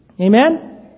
Amen